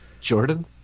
Jordan